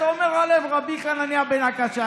אתה אומר להם: "רבי חנניה בן עקשיא",